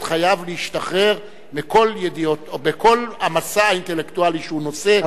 חייב להשתחרר מכל המשא האינטלקטואלי שהוא נושא,